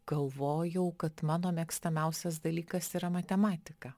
galvojau kad mano mėgstamiausias dalykas yra matematika